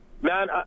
Man